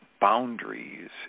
boundaries